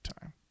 Time